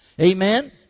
Amen